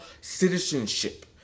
citizenship